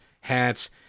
hats